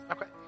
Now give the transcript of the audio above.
Okay